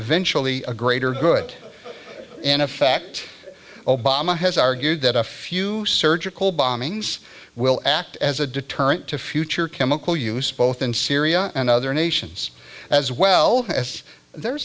eventually a greater good in effect obama has argued that a few surgical bombings will act as a deterrent to future chemical use both in syria and other nations as well as their